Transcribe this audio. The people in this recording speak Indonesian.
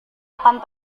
akan